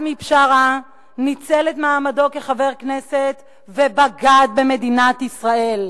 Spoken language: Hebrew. עזמי בשארה ניצל את מעמדו כחבר הכנסת ובגד במדינת ישראל.